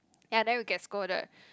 ya then we get scolded